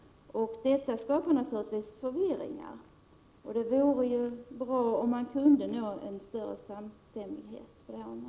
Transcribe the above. Detta skapar naturligtvis förvirring. Det vore därför bra om större samstämmighet kunde nås på detta område.